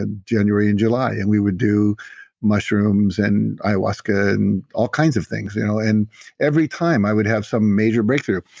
ah january and july. and we would do mushrooms and ayahuasca and and all kinds of things you know and every time i would have some major breakthrough.